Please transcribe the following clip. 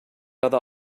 other